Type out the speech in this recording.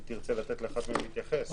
אם תרצה לתת לאחת מהן להתייחס.